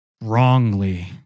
wrongly